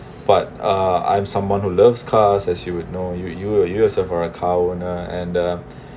but uh I am someone who loves cars as you would know you you you you yourself a car owner and uh